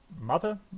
mother